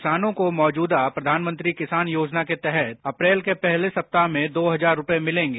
किसानों को मौजूदा प्रधानमंत्री किसान योजना के तहत अप्रैल के पहले सप्ताह में दो हजार रुपये मिलेंगे